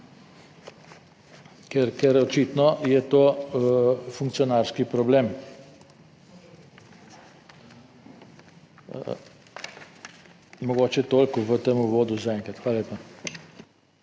ker očitno je to funkcionarski problem. Mogoče toliko v tem uvodu zaenkrat. Hvala lepa.